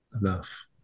enough